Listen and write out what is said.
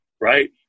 right